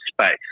space